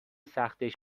سختش